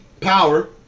power